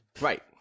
Right